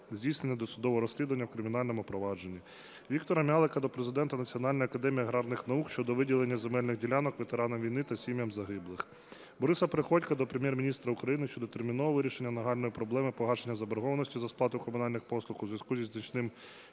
здійснення досудового розслідування у кримінальному провадженні. Віктора М'ялика до Президента Національної академії аграрних наук України щодо виділення земельних ділянок ветеранам війни та сім'ям загиблих. Бориса Приходька до Прем'єр-міністра України щодо термінового вирішення нагальної проблеми погашення заборгованості за сплату комунальних послуг у зв'язку зі значним